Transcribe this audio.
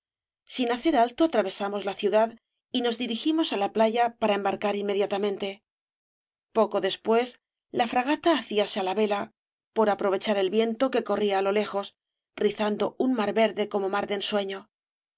sin hacer alto atravesamos la ciudad y nos dirigimos á la playa para embarcar inmediatamente poco después la fragata hacíase á la vela por aprovechar obras de valle nclan s el viento que corría á lo lejos rizando un mar verde como mar de ensueño